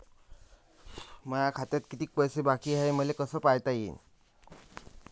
माया खात्यात कितीक पैसे बाकी हाय हे मले कस पायता येईन?